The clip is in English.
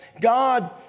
God